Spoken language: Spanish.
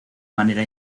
manera